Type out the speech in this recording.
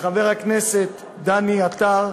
לחבר הכנסת דני עטר,